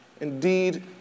indeed